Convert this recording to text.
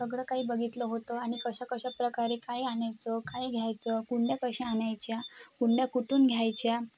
सगळं काही बघितलं होतं आणि कशा कशा प्रकारे काय आणायचं काय घ्यायचं कुंड्या कशा आणायच्या कुंड्या कुठून घ्यायच्या